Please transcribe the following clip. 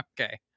okay